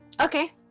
Okay